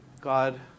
God